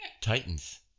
Titans